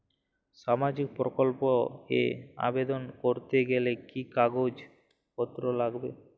সামাজিক প্রকল্প এ আবেদন করতে গেলে কি কাগজ পত্র লাগবে?